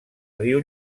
riu